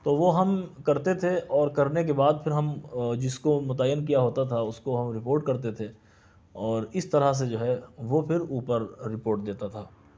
تو وہ ہم کرتے تھے اور کرنے کے بعد پھر ہم جس کو متعین کیا ہوتا تھا اُس کو ہم رپورٹ کرتے تھے اور اِس طرح سے جو ہے وہ پھر اُوپر رپورٹ دیتا تھا